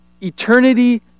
eternity